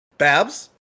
Babs